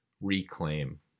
reclaim